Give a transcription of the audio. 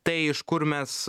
tai iš kur mes